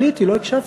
רגע,